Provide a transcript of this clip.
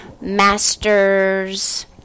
master's